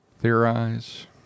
theorize